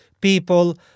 people